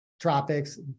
tropics